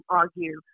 argue